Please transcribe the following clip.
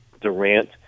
Durant